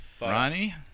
Ronnie